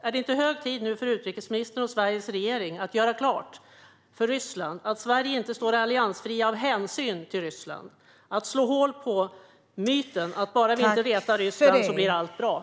Är det inte hög tid för utrikesministern och Sveriges regering att göra klart för Ryssland att Sverige inte står alliansfria av hänsyn till Ryssland och att slå hål på myten om att allt blir bra bara vi inte retar Ryssland?